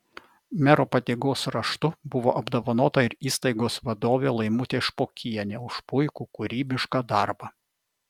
mero padėkos raštu buvo apdovanota ir įstaigos vadovė laimutė špokienė už puikų kūrybišką darbą